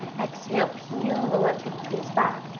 exhale, peel the left hip crease back.